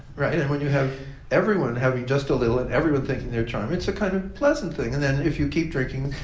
right? and when you have everyone having just a little and everyone thinking they're charming, it's a kind of pleasant thing. and then if you keep drinking,